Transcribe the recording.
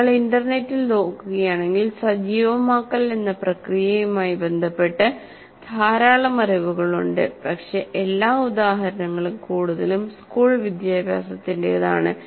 നിങ്ങൾ ഇൻറർനെറ്റിൽ നോക്കുകയാണെങ്കിൽ സജീവമാക്കൽ എന്ന പ്രക്രിയയുമായി ബന്ധപ്പെട്ട ധാരാളം അറിവുകൾ ഉണ്ട് പക്ഷേ എല്ലാ ഉദാഹരണങ്ങളും കൂടുതലും സ്കൂൾ വിദ്യാഭ്യാസത്തിന്റേതാണ്